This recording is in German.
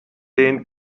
den